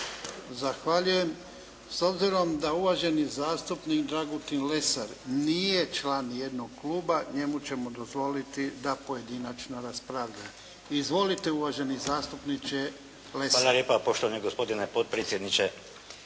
Zahvaljujem. S obzirom da uvaženi zastupnik Dragutin Lesar nije član ni jednog kluba, njemu ćemo dozvoliti da pojedinačno raspravlja. Izvolite uvaženi zastupniče Lesar.